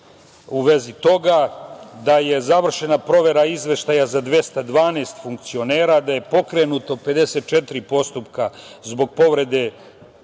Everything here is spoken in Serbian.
u vezi toga, da je završena provera izveštaja za 212 funkcionera, da je pokrenuto 54 postupka zbog povrede